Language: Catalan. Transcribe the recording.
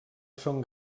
són